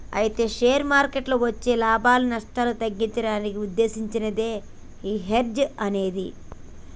అయితే షేర్ మార్కెట్లలో వచ్చే లాభాలు నష్టాలు తగ్గించడానికి ఉద్దేశించినదే ఈ హెడ్జ్ అనేది